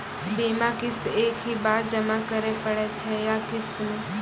बीमा किस्त एक ही बार जमा करें पड़ै छै या किस्त मे?